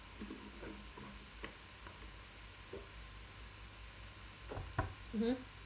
mmhmm